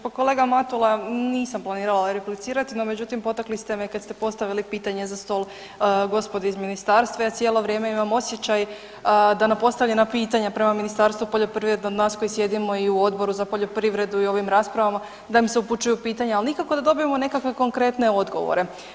Pa kolega Matula, nisam planirala replicirat, no međutim potakli ste me kad ste postavili pitanje za stol gospode iz ministarstva, ja cijelo vrijeme imam osjećaj da na postavljena pitanja prema Ministarstvu poljoprivrede od nas koji sjedimo i u Odboru za poljoprivredu i ovim raspravama da mi se upućuju pitanja, ali nikako da dobijemo nekakve konkretne odgovore.